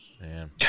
Man